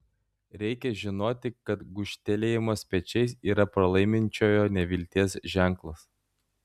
reikia žinoti kad gūžtelėjimas pečiais yra pralaiminčiojo nevilties ženklas